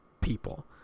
people